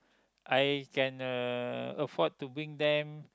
I can uh afford to bring them